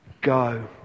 go